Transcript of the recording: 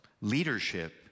leadership